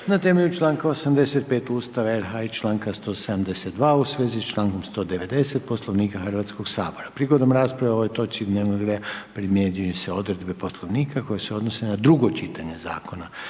na temelju članka 85. Ustava RH i članka 172. u svezi sa člankom 190. Poslovnika Hrvatskoga sabora. Prigodom rasprave o ovoj točci dnevnog reda primjenjuju se odredbe Poslovnika koje se odnose na drugo čitanje zakona.